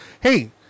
Hey